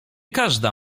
każda